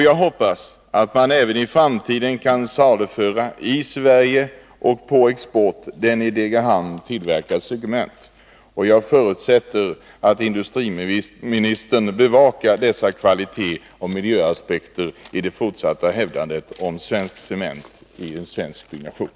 Jag hoppas att man även i framtiden i Sverige och på export kan saluföra den i Degerhamn tillverkade cementen. Jag förutsätter att industriministern bevakar dessa kvalitetsoch miljöaspekter i det fortsatta hävdandet av svensk cement inom svensk byggnation.